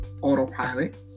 autopilot